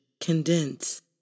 condense